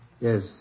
Yes